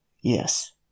yes